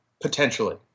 Potentially